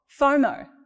FOMO